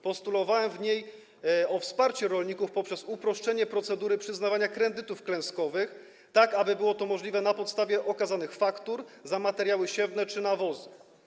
Postulowałem w niej wsparcie rolników poprzez uproszczenie procedury przyznawania kredytów klęskowych, tak aby było to możliwe na podstawie okazanych faktur za materiały siewne czy nawozy.